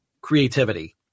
creativity